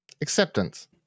Acceptance